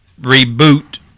reboot